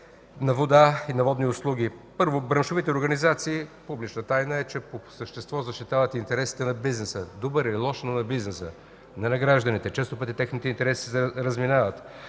на вода и на водни услуги. Първо, браншовите организации, публична тайна е, че по същество защитават интересите на бизнеса. Добър или лош, но на бизнеса, не на гражданите. Често пъти техните интереси се разминават.